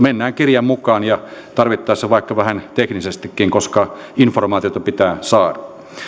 mennään kirjan mukaan ja tarvittaessa vaikka vähän teknisestikin koska informaatiota pitää saada